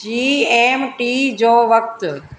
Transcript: जी M T जो वक़्तु